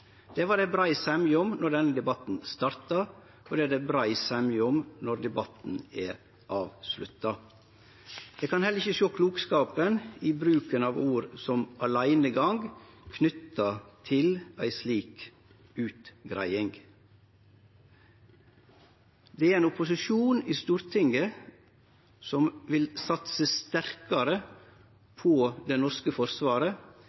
Det var det brei semje om då denne debatten starta, og det er det brei semje om når debatten er avslutta. Eg kan heller ikkje sjå klokskapen i bruken av eit ord som «aleinegang» knytt til ei slik utgreiing. Opposisjonen i Stortinget vil satse sterkare på det norske forsvaret